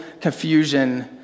confusion